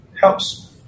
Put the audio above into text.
helps